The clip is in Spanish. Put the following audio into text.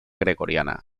gregoriana